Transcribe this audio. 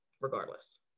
regardless